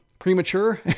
premature